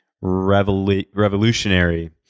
revolutionary